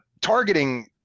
targeting